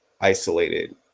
isolated